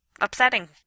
upsetting